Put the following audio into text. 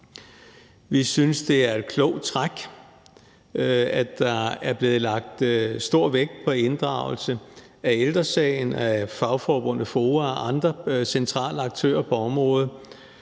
Vi synes, det er et klogt træk, at der er blevet lagt stor vægt på inddragelse af Ældre Sagen, af fagforbundet FOA og andre centrale aktører på området,